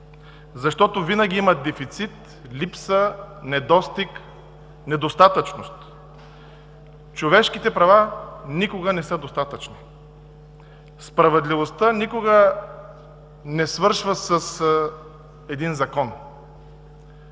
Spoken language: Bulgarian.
защото винаги има дефицит, липса, недостиг, недостатъчност. Човешките права никога не са достатъчни. Справедливостта никога не свършва с един закон.